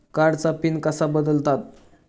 कार्डचा पिन कसा बदलतात?